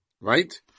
Right